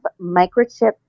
microchip